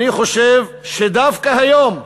אני חושב שדווקא היום,